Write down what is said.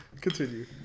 Continue